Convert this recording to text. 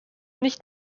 nicht